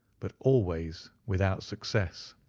but always without success.